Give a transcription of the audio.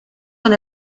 con